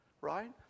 right